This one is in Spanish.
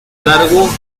largo